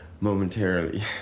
momentarily